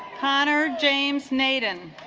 connor james naydon